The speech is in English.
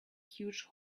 huge